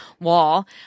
wall